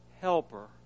helper